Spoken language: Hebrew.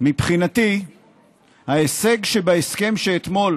מבחינתי ההישג שבהסכם של אתמול